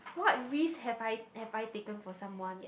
what risk have I have I taken for someone